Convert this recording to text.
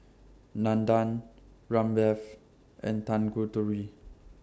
Nandan Ramdev and Tanguturi